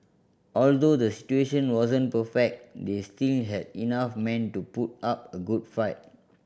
although the situation wasn't perfect they still had enough men to put up a good fight